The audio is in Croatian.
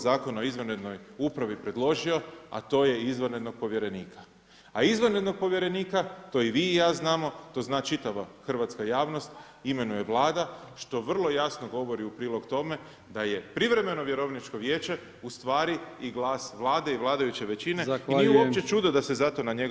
Zakona o izvanrednoj upravi predložio, a to je izvanrednog povjerenika, a izvanrednog povjerenika to i vi i ja znamo, to zna čitava hrvatska javnost imenuje Vlada, što vrlo jasno govori u prilog tome da je privremeno vjerovničko vijeće ustvari i glas Vlade i vladajuće većine i nije uopće čudo da se zato na njega